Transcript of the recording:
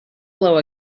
blow